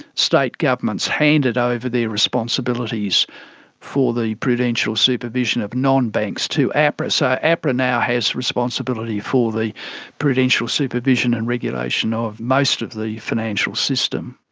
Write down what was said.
state governments handed ah over their responsibilities for the prudential supervision of non-banks to apra. so apra now has responsibility for the prudential supervision and regulation ah of most of the financial system.